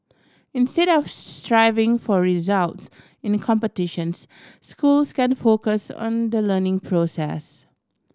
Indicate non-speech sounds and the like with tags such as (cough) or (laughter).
instead of (unintelligible) striving for results in competitions schools can focus on the learning process